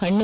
ಹಣ್ಣು